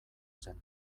zen